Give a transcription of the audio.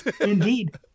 Indeed